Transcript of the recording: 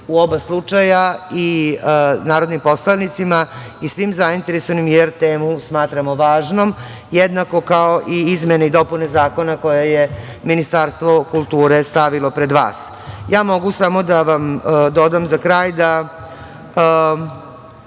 u oba slučaja i narodnim poslanicima i svim zainteresovanima, jer temu smatramo važnom jednako kao i izmene i dopune zakona koje je Ministarstvo kulture stavilo pred vas. Ja mogu samo da vam dodam za kraj da,